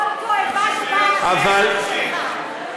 כל תועבה שבאה לכנסת היא שלך.